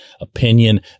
opinion